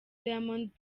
diamond